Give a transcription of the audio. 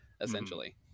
essentially